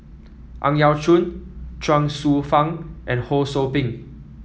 Ang Yau Choon Chuang Hsueh Fang and Ho Sou Ping